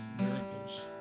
miracles